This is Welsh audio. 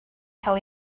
cael